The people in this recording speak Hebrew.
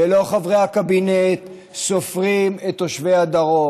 ולא חברי הקבינט סופרים את תושבי הדרום.